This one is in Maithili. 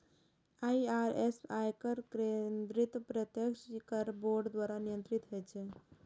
आई.आर.एस, आयकर केंद्रीय प्रत्यक्ष कर बोर्ड द्वारा नियंत्रित होइ छै